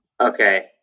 Okay